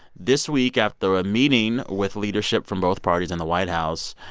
this week after a meeting with leadership from both parties in the white house,